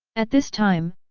at this time,